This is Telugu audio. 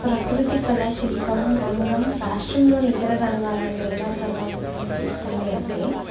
ప్రకృతి కళ శిల్పం రంగం రాష్ట్రంలోని ఇతర రంగాలను ఎలా ప్రభావితం చేస్తుంది అంటే